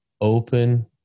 open